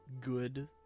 good